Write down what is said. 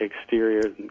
exterior